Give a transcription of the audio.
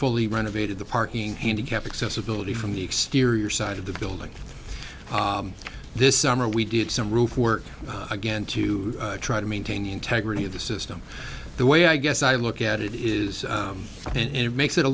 fully renovated the parking handicap accessibility from the exterior side of the building this summer we did some roof work again to try to maintain the integrity of the system the way i guess i look at it is and it makes it a